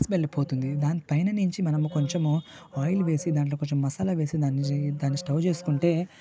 smell పోతుంది దాన్ని పైన నుంచి మనము కొంచెము ఆయిల్ వేసి దాంట్లో కొంచెం మసాలా వేసి దాంట్లో సర్వ్ చేసుకుంటే